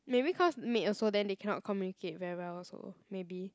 maybe cause maid also then they cannot communicate very well also maybe